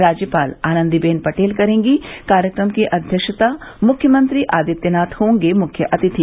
राज्यपाल आनन्दी बेन पटेल करेंगी कार्यक्रम की अध्यक्षता मुख्यमंत्री आदित्यनाथ होंगे मुख्य अतिथि